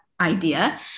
idea